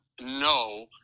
no